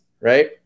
right